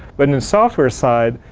but in in software side,